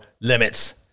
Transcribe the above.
limits